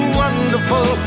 wonderful